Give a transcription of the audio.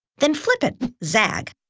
then flip it, zag.